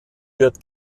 wird